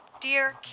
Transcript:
Dear